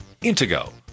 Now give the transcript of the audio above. Intego